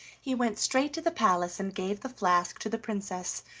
he went straight to the palace and gave the flask to the princess,